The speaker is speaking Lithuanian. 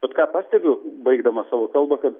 bet ką pastebiu baigdamas savo kalbą kad